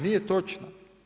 Nije točno.